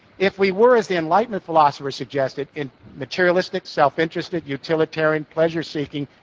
if we were, as the enlightenment philosophers suggested, in materialistic, self-interested, utilitarian, pleasure-seeking,